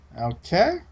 Okay